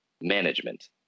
management